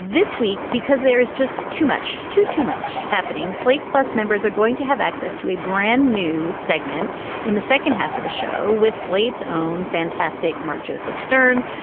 this week, because there is just too much to too much happening. slate plus members are going to have access to a brand new segment in the second half of the show with slate's own fantastic mark, joseph stern,